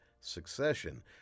Succession